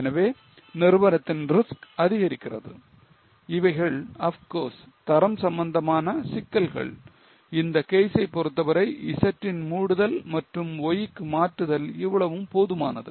எனவே நிறுவனத்தின் risk அதிகரிக்கிறது இவைகள் of course தரம் சம்பந்தமான சிக்கல்கள் இந்த கேஸ்சை பொறுத்தவரை Z ன் மூடுதல் மற்றும் Y க்கு மாற்றுதல் இவ்வளவும் போதுமானது